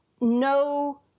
no